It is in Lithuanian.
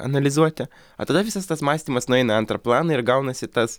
analizuoti a tada visas tas mąstymas nueina į antrą planą ir gaunasi tas